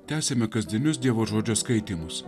tęsiame kasdienius dievo žodžio skaitymus